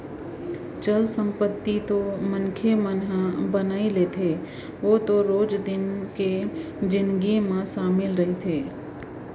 चल संपत्ति तो मनखे मन ह बनाई लेथे ओ तो रोज दिन के जिनगी म सामिल रहिथे